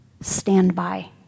standby